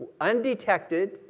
undetected